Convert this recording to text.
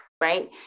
right